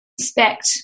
respect